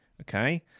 okay